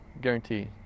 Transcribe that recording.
guarantee